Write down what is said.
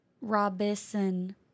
Robinson